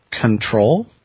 control